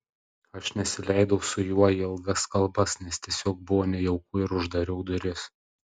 aš nesileidau su juo į ilgas kalbas nes tiesiog buvo nejauku ir uždariau duris